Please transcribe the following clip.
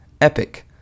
Epic